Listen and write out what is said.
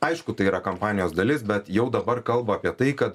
aišku tai yra kampanijos dalis bet jau dabar kalba apie tai kad